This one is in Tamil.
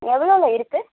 எவ்வளோல இருக்கு